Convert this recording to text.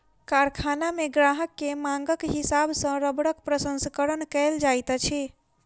कारखाना मे ग्राहक के मांगक हिसाब सॅ रबड़क प्रसंस्करण कयल जाइत अछि